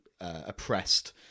oppressed